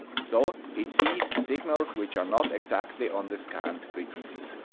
so it sees signals which are not exactly on the scanned frequencies.